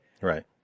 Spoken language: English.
Right